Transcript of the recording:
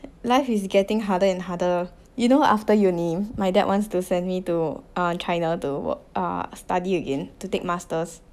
life is getting harder and harder you know after uni my dad wants to send me to err China to err study again to take masters